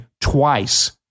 twice